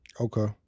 Okay